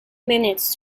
minutes